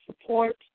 support